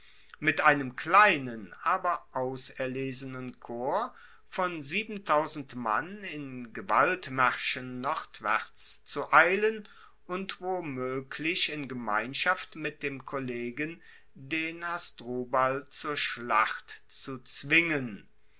mit einem kleinen aber auserlesenen korps von mann in gewaltmaerschen nordwaerts zu eilen und womoeglich in gemeinschaft mit dem kollegen den hasdrubal zur schlacht zu zwingen